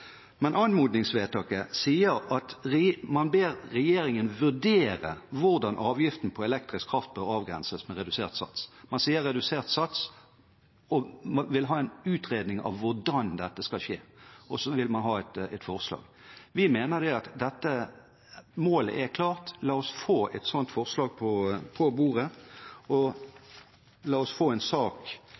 Men i anmodningsvedtaket ber man regjeringen vurdere hvordan avgiften på elektrisk kraft bør avgrenses med redusert sats. Man sier «redusert sats», og man vil ha en utredning av hvordan dette skal skje. Og så vil man ha et forslag. Vi mener at dette målet er klart. La oss få et sånt forslag på bordet, og la oss få en sak